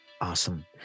Awesome